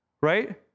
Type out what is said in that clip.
right